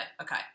Okay